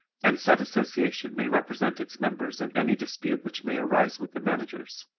and said association may represent its members in any dispute which may arise with the managers.